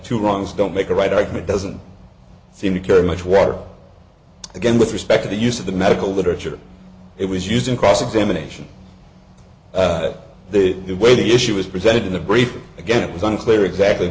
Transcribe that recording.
two wrongs don't make a right argument doesn't seem to carry much water again with respect to the use of the medical literature it was used in cross examination the way the issue was presented in the brief again it was unclear exactly